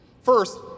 First